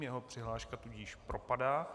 Jeho přihláška tudíž propadá.